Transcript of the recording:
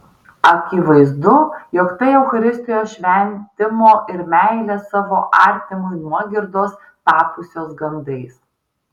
akivaizdu jog tai eucharistijos šventimo ir meilės savo artimui nuogirdos tapusios gandais